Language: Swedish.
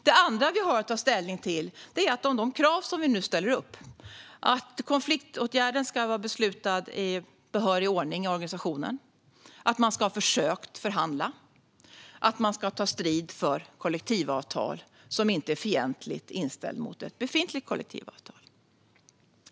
Det andra vi har att ta ställning till är de krav som vi nu ställer upp: att konfliktåtgärden ska vara beslutad i behörig ordning av organisationen, att man ska ha försökt förhandla och att man ska ta strid för ett kollektivavtal som inte är fientligt inställt till ett befintligt kollektivavtal.